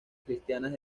cristianas